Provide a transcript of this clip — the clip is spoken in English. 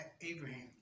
Abraham